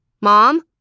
Mom